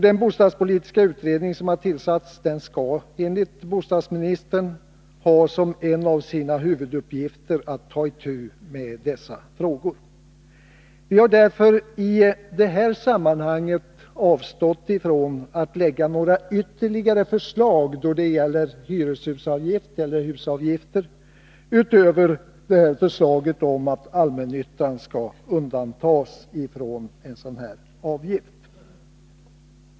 Den bostadspolitiska utredning som tillsatts skall enligt bostadsministern ha som en av sina huvuduppgifter att ta itu med dessa frågor. Vi avstår därför i detta sammanhang från att lägga fram några ytterligare förslag då det gäller hyreshusavgift, utöver förslaget om att allmännyttan skall undantas från en sådan avgift.